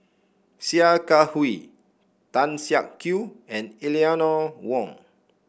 Sia Kah Hui Tan Siak Kew and Eleanor Wong